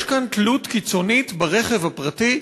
יש כאן תלות קיצונית ברכב הפרטי.